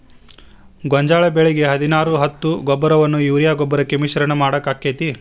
ಗೋಂಜಾಳ ಬೆಳಿಗೆ ಹದಿನಾರು ಹತ್ತು ಗೊಬ್ಬರವನ್ನು ಯೂರಿಯಾ ಗೊಬ್ಬರಕ್ಕೆ ಮಿಶ್ರಣ ಮಾಡಾಕ ಆಕ್ಕೆತಿ?